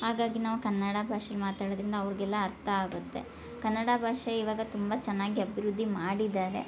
ಹಾಗಾಗಿ ನಾವು ಕನ್ನಡ ಭಾಷೆ ಮಾತಾಡೊದ್ರಿಂದ ಅವ್ರಿಗೆಲ್ಲ ಅರ್ಥ ಆಗುತ್ತೆ ಕನ್ನಡ ಭಾಷೆ ಇವಾಗ ತುಂಬ ಚೆನ್ನಾಗಿ ಅಭಿವೃದ್ಧಿ ಮಾಡಿದ್ದಾರೆ